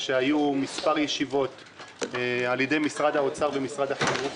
על ידי משרד האוצר ומשרד החינוך,